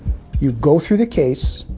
you go through the case,